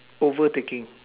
overtaking